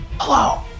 Hello